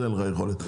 להגיד.